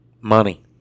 Money